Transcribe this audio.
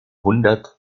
hundert